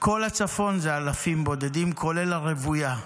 כל הצפון זה אלפים בודדים, כולל הרוויה.